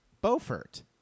Beaufort